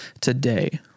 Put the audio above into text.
today